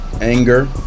anger